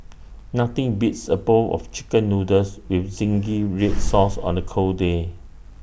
nothing beats A bowl of Chicken Noodles with zingy Red Sauce on A cold day